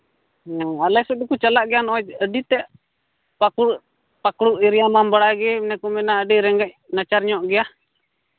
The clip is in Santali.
ᱦᱮᱸ ᱟᱞᱮ ᱥᱮᱫ ᱫᱚᱠᱚ ᱪᱟᱞᱟᱜ ᱜᱮᱭᱟ ᱱᱚᱜᱼᱚᱭ ᱟᱹᱰᱤ ᱛᱮᱫ ᱯᱟᱠᱩᱲ ᱯᱟᱹᱠᱩᱲ ᱮᱨᱤᱭᱟ ᱢᱟᱢ ᱵᱟᱲᱟᱭ ᱜᱮ ᱚᱱᱮ ᱠᱚ ᱢᱮᱱᱟ ᱟᱹᱰᱤ ᱨᱮᱸᱜᱮᱡ ᱱᱟᱪᱟᱨ ᱧᱚᱜ ᱜᱮᱭᱟ